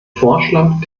vorschlag